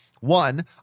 One